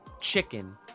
chicken